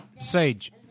Sage